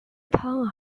town